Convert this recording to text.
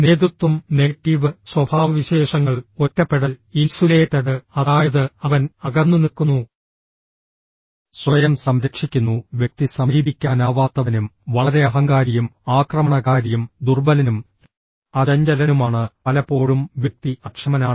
നേതൃത്വം നെഗറ്റീവ് സ്വഭാവവിശേഷങ്ങൾ ഒറ്റപ്പെടൽ ഇൻസുലേറ്റഡ് അതായത് അവൻ അകന്നുനിൽക്കുന്നു സ്വയം സംരക്ഷിക്കുന്നു വ്യക്തി സമീപിക്കാനാവാത്തവനും വളരെ അഹങ്കാരിയും ആക്രമണകാരിയും ദുർബലനും അചഞ്ചലനുമാണ് പലപ്പോഴും വ്യക്തി അക്ഷമനാണ്